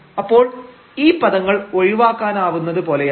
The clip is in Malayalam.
അപ്പോൾ ഈ പദങ്ങൾ ഒഴിവാക്കാവുന്നതുപോലെയാണ്